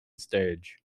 stage